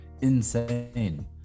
insane